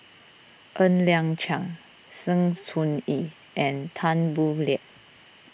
Ng Liang Chiang Sng Choon Yee and Tan Boo Liat